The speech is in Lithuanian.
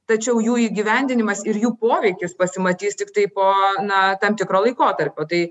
tačiau jų įgyvendinimas ir jų poveikis pasimatys tiktai po na tam tikro laikotarpio tai